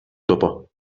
topo